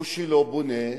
הוא שלא בונה,